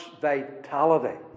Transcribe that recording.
vitality